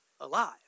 alive